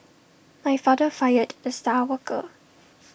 my father fired the star worker